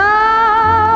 Now